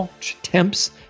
temps